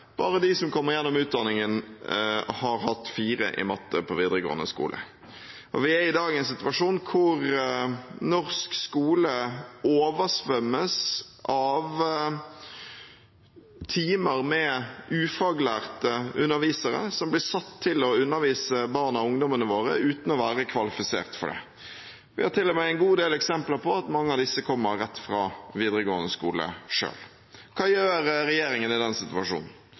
bare de som kommer gjennom utdanningen, har hatt 4 i matte på videregående skole. Vi er i dag i en situasjon der norsk skole oversvømmes av timer med ufaglærte undervisere som blir satt til å undervise barna og ungdommene våre uten å være kvalifisert for det. Vi har til og med en god del eksempler på at mange av disse selv kommer rett fra videregående skole. Hva gjør regjeringen i denne situasjonen?